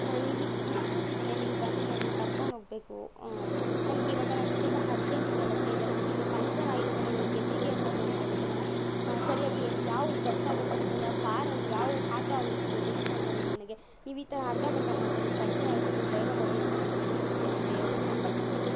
ನಾನು ಇಲ್ಲಿ ಕೂತಿದ್ದೇನೆ ನೀವು ಬಂದು ನನ್ನ ಕರ್ಕೊಂಡೋಗ್ಬೇಕು ಊಂ ನನ್ನ ಇವಾಗ ನನಗೆ ತುಂಬ ಹರ್ಜೆಂಟು ಕೆಲಸ ಇದೆ ನನಗೀಗ ಪಂಚರ್ ಆಯಿತು ಅಂದರೆ ನಾನು ಎಲ್ಲಿಗೆ ಅಂತ ಹೋಗೋಕ್ಕಾಗುತ್ತೆ ನನಗೆ ಸರಿಯಾಗಿ ಎಲ್ಲಿ ಯಾವ ಬಸ್ ಆದರೂ ಸಿಗುತ್ತಾ ಯಾವ ಕಾರಾದ್ರೂ ಯಾವ ಹಾಟೋ ಆದರೂ ಸಿಗುತ್ತಾ ಈ ಟೈಮಲ್ಲಿ ನನಗೆ ನೀವು ಈ ಥರ ಅರ್ಧಂಬರ್ಧ ಮಾಡಬಾರ್ದು ನೀವು ಪಂಚರ್ ಆಯಿತು ನೀವು ಬೇಗ ಬರ್ರಿ ಅಂತ ನಾನು ಬೇಡಿಕೊಳ್ಳುತ್ತೇನೆ ಬೇಗ ಬಂದು ನನ್ನ ಕರ್ಕೊಂಡೋಗ್ರಿ